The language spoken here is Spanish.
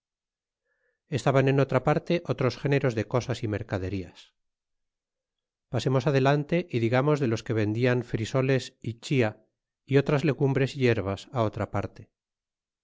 estaban en otra parte otros géneros de cosas é mercaderías pasemos adelante y digamos de los que vendian frisoles y chía y otras legumbres é yerbas otra parte